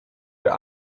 ihre